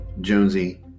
Jonesy